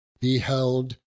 beheld